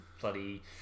bloody